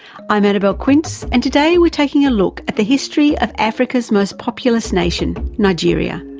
i'm annabelle quince and today we're taking a look at the history of africa's most populous nation, nigeria.